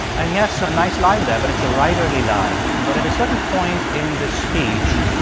and he has so a nice line there, but it's a writerly line. but at a certain point in this speech,